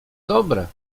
dobre